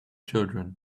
children